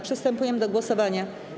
Przystępujemy do głosowania.